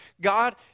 God